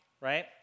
right